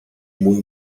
mój